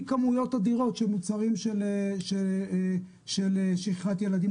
כמויות אדירות של מוצרים של שכחת ילדים,